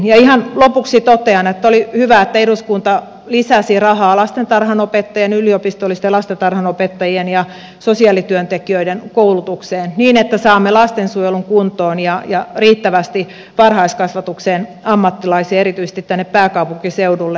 ihan lopuksi totean että oli hyvä että eduskunta lisäsi rahaa lastentarhanopettajien yliopistollisten lastentarhanopettajien ja sosiaalityöntekijöiden koulutukseen niin että saamme lastensuojelun kuntoon ja riittävästi varhaiskasvatukseen ammattilaisia erityisesti tänne pääkaupunkiseudulle